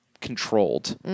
controlled